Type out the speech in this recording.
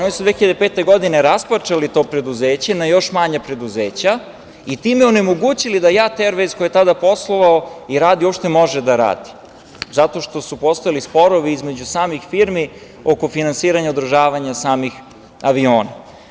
Oni su 2005. godine rasparčali to preduzeće na još manja preduzeća i time onemogućili da „JAT Ervajz“ koji je tada poslovao i radio uopšte može da radi, zato što su postojali sporovi između samih firmi oko finansiranja i održavanja samih aviona.